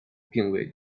并未